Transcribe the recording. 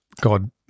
God